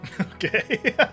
Okay